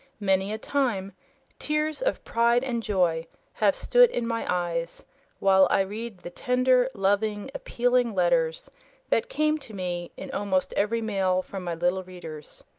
many a time tears of pride and joy have stood in my eyes while i read the tender, loving, appealing letters that came to me in almost every mail from my little readers.